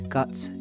Guts